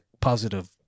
positive